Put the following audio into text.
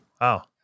Wow